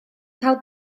cael